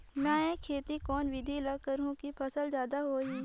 मै खेती कोन बिधी ल करहु कि फसल जादा होही